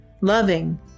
loving